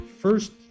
First